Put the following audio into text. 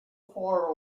far